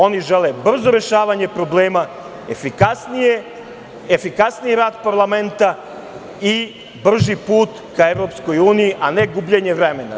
Oni žele brzo rešavanje problema, efikasniji rad parlamenta i brži put ka Evropskoj uniji, a ne gubljenje vremena.